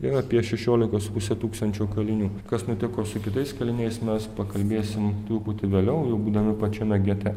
ir apie šešiolika su puse tūkstančių kalinių kas nutiko su kitais kaliniais mes pakalbėsim truputį vėliau jau būdami pačiame gete